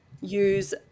use